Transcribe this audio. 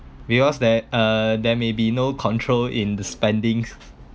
because that uh there may be no control in the spendings